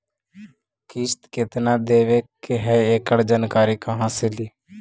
किस्त केत्ना देबे के है एकड़ जानकारी कहा से ली?